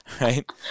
right